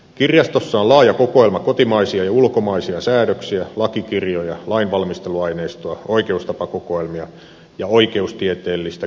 kirjastossa on laaja kokoelma kotimaisia ja ulkomaisia säädöksiä lakikirjoja lainvalmisteluaineistoa oikeustapauskokoelmia ja oikeustieteellistä kirjallisuutta